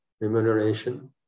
remuneration